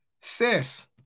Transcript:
sis